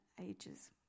Ages